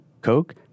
Coke